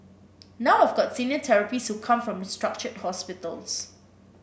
now I've got senior therapists who come from restructured hospitals